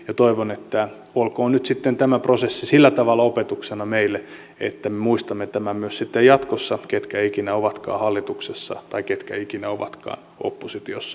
ja toivon olkoon nyt sitten tämä prosessi sillä tavalla opetuksena meille että me muistamme tämän myös jatkossa ketkä ikinä ovatkaan hallituksessa tai oppositiossa